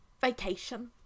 vacation